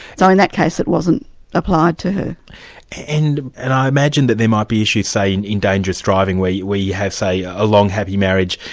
so in that case it wasn't applied to her. and and i imagine that there might be issues, say, in in dangerous driving, where you where you have, say, a long happy marriage,